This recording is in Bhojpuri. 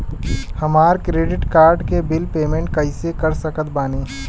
हमार क्रेडिट कार्ड के बिल पेमेंट कइसे कर सकत बानी?